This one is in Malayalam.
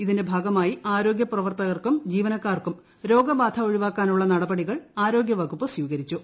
ഇതിന്റെ ഭാഗമായി ആരോഗ്യ പ്രവർത്തകർക്കും ജീവനക്കാർക്കും രോഗബാധ ഒഴിവാക്കാനുള്ള നടപടികൾ ആരോഗ്യവകുപ്പ് സ്വീകരിച്ചു